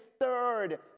third